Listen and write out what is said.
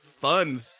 fun